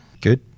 Good